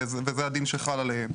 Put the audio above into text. וזה הדין שחל עליהם.